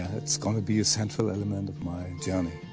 ah it's gonna be a central element of my journey.